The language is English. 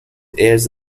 airs